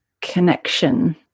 connection